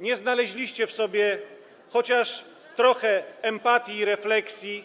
Nie znaleźliście w sobie chociaż trochę empatii i refleksji